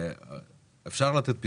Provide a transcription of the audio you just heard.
אפשר לתת פיצויים,